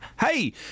Hey